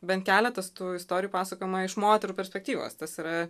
bent keletas tų istorijų pasakojama iš moterų perspektyvos tas yra